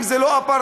זה לא אפרטהייד,